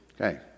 Okay